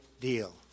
deal